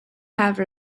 have